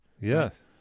Yes